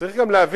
צריך גם להבין,